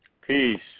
Peace